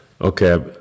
okay